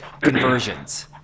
conversions